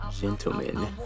gentlemen